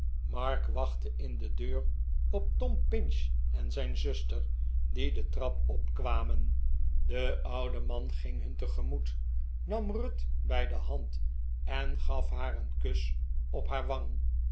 mark wachtte in de deur op tom pinch en zijn zuster die de trap opkwamen de oude man ging hun tegemoet nam ruth bij de hand en gaf haar een kus op haar wang